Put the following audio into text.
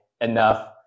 enough